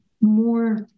more